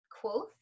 Quoth